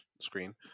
screen